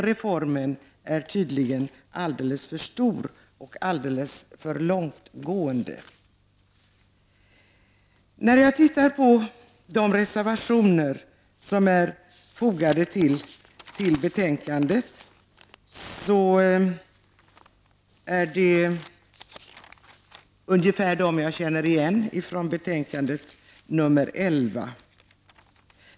Reformen är tydligen alldeles för stor och för långtgående. De reservationer som är fogade till betänkandet känner jag igen från socialförsäkringsutskottets betänkande 11.